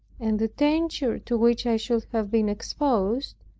and the danger to which i should have been exposed,